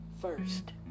first